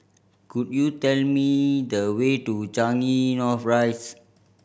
could you tell me the way to Changi North Rise